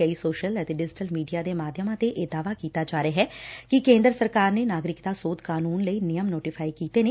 ਕਈ ਸੋਸ਼ਲ ਅਤੇ digital media ਦੇ ਮਾਧਿਅਮਾਂ ਤੇ ਇਹ ਦਾਅਵਾ ਕੀਤਾ ਜਾ ਰਿਹੈ ਕਿ ਕੇਂਦਰ ਸਰਕਾਰ ਨੇ ਨਾਗਿਰਕਤਾ ਸੋਧ ਕਾਨੂੰਨ ਲਈ ਨਿਯਮ ਨੋਟੀਫਾਈ ਕੀਤੇ ਨੇ